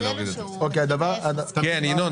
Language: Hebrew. הדבר הנוסף